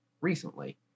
recently